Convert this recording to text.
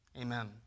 amen